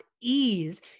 ease